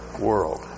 world